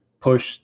push